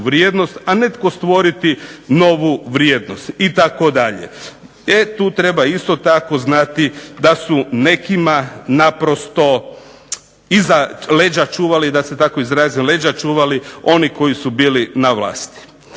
a netko stvoriti novu vrijednost, itd. E tu treba isto tako znati da su nekima naprosto iza leđa čuvali da se tako izraze leđa čuvali oni koji su bili na vlasti.